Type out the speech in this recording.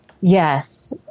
Yes